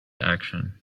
action